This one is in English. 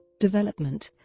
development